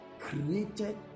created